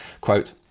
quote